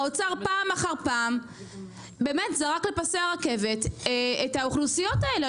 האוצר פעם אחר פעם באמת זרק לפסי הרכבת את האוכלוסיות האלה.